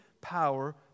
power